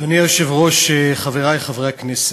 אדוני היושב-ראש, חברי חברי הכנסת,